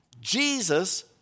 Jesus